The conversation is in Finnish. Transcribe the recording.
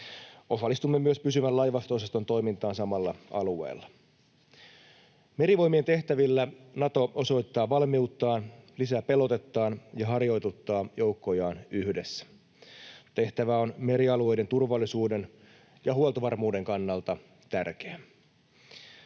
Osallistumme myös pysyvän laivasto-osaston toimintaan samalla alueella. Merivoimien tehtävillä Nato osoittaa valmiuttaan, lisää pelotettaan ja harjoituttaa joukkojaan yhdessä. Tehtävä on merialueiden turvallisuuden ja huoltovarmuuden kannalta tärkeä.